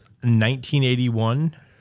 1981